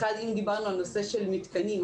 דיברנו על הנושא של המתקנים.